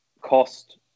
cost